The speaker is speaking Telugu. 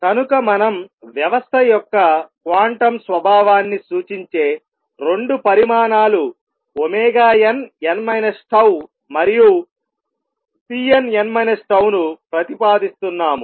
కనుక మనం వ్యవస్థ యొక్క క్వాంటం స్వభావాన్ని సూచించే 2 పరిమాణాలు nn τ మరియు Cnn τ ను ప్రతిపాదిస్తున్నాము